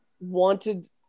wanted